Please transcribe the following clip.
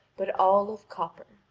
but all of copper.